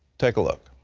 take a look.